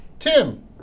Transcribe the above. Tim